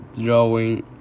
drawing